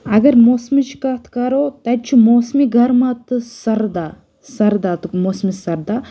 اَگَر موسمٕچ کَتھ کَرو تَتہِ چھُ موسمہِ گَرما تہٕ سَردا سَردا تُک موسمہِ سَردا